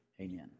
amen